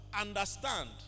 understand